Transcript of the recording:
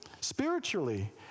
spiritually